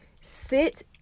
sit